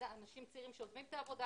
אנשים צעירים שעוזבים את העבודה,